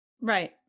Right